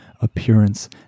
appearance